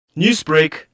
Newsbreak